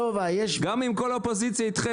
אסביר לך משהו --- גם אם כל האופוזיציה אתכם,